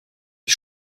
ich